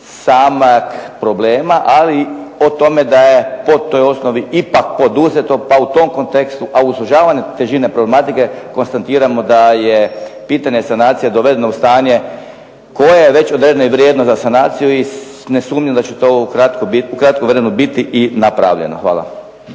samog problema, ali i o tome da je po toj osnovi ipak poduzeto pa u tom kontekstu, a u sužavanju težine problematike konstatiramo da je pitanje sanacija dovedeno u stanje koje je već … za sanaciju i ne sumnjam da će to u kratkom vremenu biti i napravljeno. Hvala.